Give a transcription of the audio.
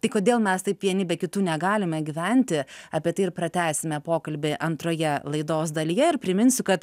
tai kodėl mes taip vieni be kitų negalime gyventi apie tai ir pratęsime pokalbį antroje laidos dalyje ir priminsiu kad